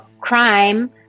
crime